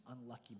unlucky